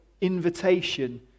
invitation